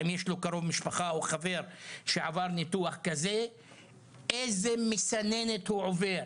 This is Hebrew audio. אם יש לו קרוב משפחה או חבר שעבר ניתוח כזה איזה מסננת הוא עובר,